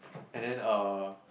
and then uh